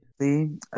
See